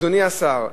אדוני השר: